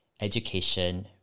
education